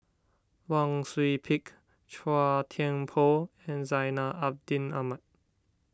Wang Sui Pick Chua Thian Poh and Zainal Abidin Ahmad